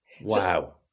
Wow